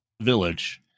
village